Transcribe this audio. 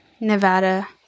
Nevada